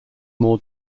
more